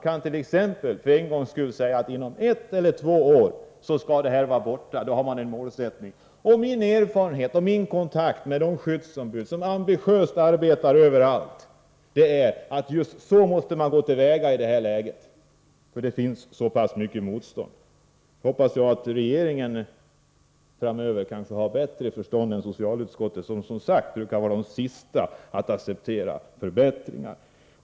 Man kant.ex., för en gångs skull, säga att användningen av och handeln med asbest skall vara borta inom ett eller två år; då har man en målsättning. Vid mina kontakter med skyddsombud som ambitiöst arbetar med det här på olika ställen har det visat sig att just så måste man i det här läget gå till väga — det finns så pass mycket motstånd. Jag hoppas att regeringen framöver kanske har bättre förstånd än socialutskottets ledamöter, vilka — som sagt — brukar vara de sista att acceptera förbättringar.